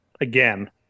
again